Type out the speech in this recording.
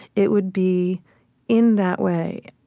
it would be in that way.